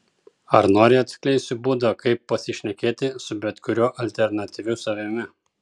ar nori atskleisiu būdą kaip pasišnekėti su bet kuriuo alternatyviu savimi